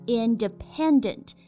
independent